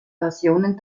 versionen